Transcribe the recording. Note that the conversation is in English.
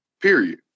Period